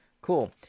Cool